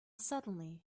suddenly